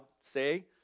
say